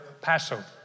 Passover